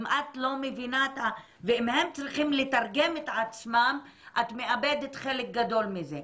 אם את לא מבינה ואם הם צריכים לתרגם את עצמם את מאבדת חלק גדול מזה.